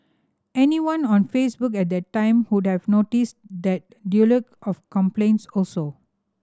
anyone on Facebook at the time would have noticed the deluge of complaints also